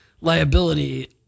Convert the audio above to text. liability